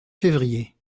février